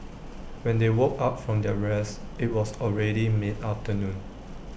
when they woke up from their rest IT was already mid afternoon